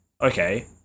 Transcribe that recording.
okay